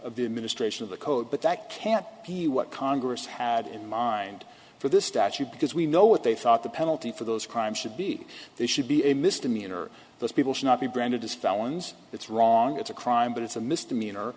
of the administration of the code but that can't be what congress had in mind for this statute because we know what they thought the penalty for those crimes should be they should be a misdemeanor those people should not be branded as felons it's wrong it's a crime but it's a misdemeanor